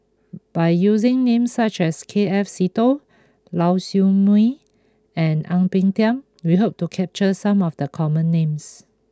by using names such as K F Seetoh Lau Siew Mei and Ang Peng Tiam we hope to capture some of the common names